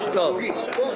שירות.